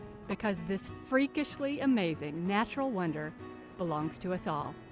because this freakishly-amazing natural wonder belongs to us all!